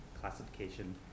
classification